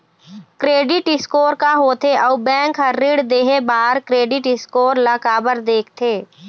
Credit score का होथे अउ बैंक हर ऋण देहे बार क्रेडिट स्कोर ला काबर देखते?